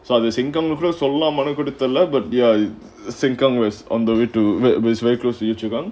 such as sengkang கூட சொல்லலாமானு தெரில:kooda sollalaamanu therila but ya sengkang west on the way to read but it's very close to yio chu kang